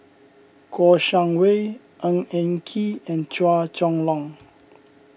Kouo Shang Wei Ng Eng Kee and Chua Chong Long